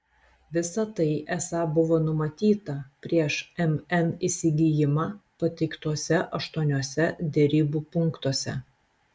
visa tai esą buvo numatyta prieš mn įsigijimą pateiktuose aštuoniuose derybų punktuose